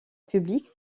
publique